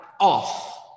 off